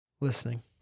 listening